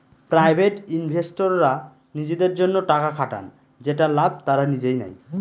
private ইনভেস্টররা নিজেদের জন্য টাকা খাটান যেটার লাভ তারা নিজেই নেয়